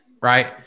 right